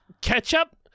ketchup